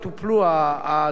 השאלה לגיטימית,